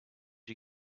you